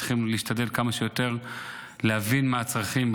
צריכים להשתדל כמה שיותר להבין מה הצרכים,